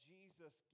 Jesus